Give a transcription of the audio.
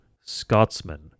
Scotsman